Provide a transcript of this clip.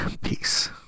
Peace